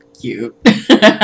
Cute